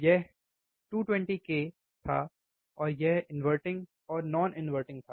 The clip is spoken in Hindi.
यह 220k था और यह इन्वर्टिंग और नॉन इन्वर्टिंग था